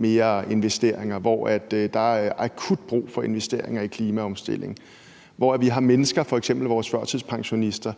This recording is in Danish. flere investeringer, hvor der er akut brug for investeringer i klimaomstilling, og hvor vi har mennesker, f.eks. vores førtidspensionister,